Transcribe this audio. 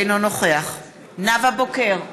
אינו נוכח נאוה בוקר,